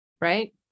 right